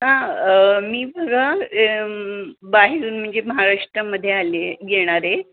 हां मी बघा बाहेरून म्हणजे महाराष्ट्रामध्ये आले आहे येणार आहे